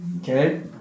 Okay